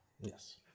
Yes